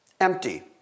empty